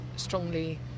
strongly